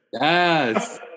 Yes